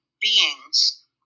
beings